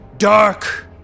Dark